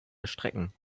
erstrecken